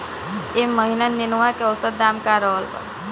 एह महीना नेनुआ के औसत दाम का रहल बा?